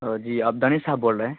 جی آپ دانش صاحب بول رہے ہیں